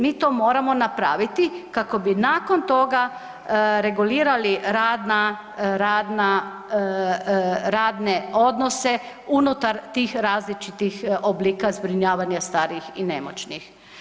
Mi to moramo napraviti kako bi nakon toga regulirali rad na, rad na, radne odnose unutar tih različitih oblika zbrinjavanja starijih i nemoćnih.